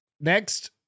Next